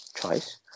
choice